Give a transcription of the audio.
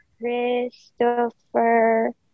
Christopher